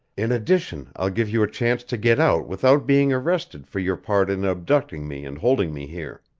in addition i'll give you a chance to get out without being arrested for your part in abducting me and holding me here.